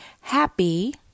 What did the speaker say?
happy